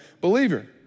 believer